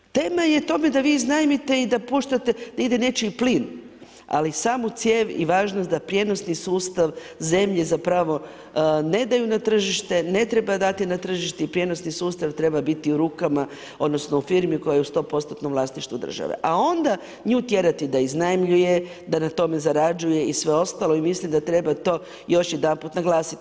Tema je tome da vi iznajmite i da puštate da ide nečiji plin, ali samu cijev i važnost da prijenosni sustav zemlji ne daju na tržište, ne treba dati na tržište i prijenosni sustav treba biti u rukama odnosno u firmi koja je u 100%-tnom vlasništvu države, a onda nju tjerati da iznajmljuje, da na tome zarađuje i sve ostalo i mislim da treba to još jedanput naglasiti.